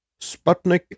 Sputnik